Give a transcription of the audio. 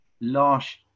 last